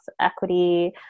equity